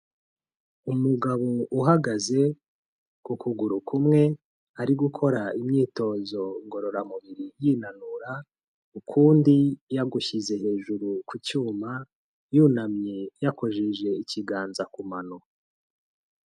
Umugabo uhagaze ku kuguru kumwe, ari gukora imyitozo ngororamubiri yinanura, ukundi yagushyize hejuru ku cyuma, yunamye yakojeje ikiganza ku mano.